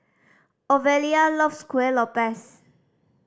Ofelia loves Kueh Lopes